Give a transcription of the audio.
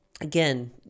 again